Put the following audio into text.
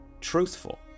truthful